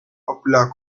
popular